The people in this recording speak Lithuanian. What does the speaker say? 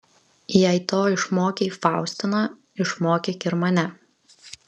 jei to išmokei faustiną išmokyk ir mane